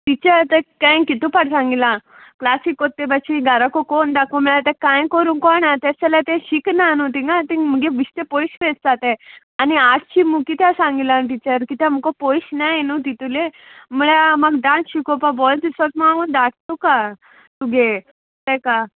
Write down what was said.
teacher ते कांय कितू पाट सांगिलां क्लासीक कोत्ते प्शी घाराक कोण दाखोव म्हळ्यार ते कांय करूंक कोण आ ते जाल्यार तें शिकना न्हू थिंगां तींग मुगे बिश्टें पयशें दिसता तें आनी आर्टशीं मुगो कित्याक सांगिलां टिचर कित्या मुखो पयश नाय न्हू तितूलें म्हळ्यार म्हाक डांस शिकोवपा बोन दिसोत म्हाका धाडटा तुगे तेका